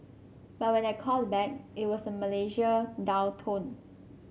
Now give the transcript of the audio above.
but when I called back it was a Malaysia dial tone